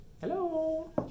Hello